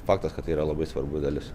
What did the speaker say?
faktas kad tai yra labai svarbu dalis